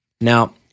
Now